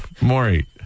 Maury